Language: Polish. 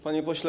Panie Pośle!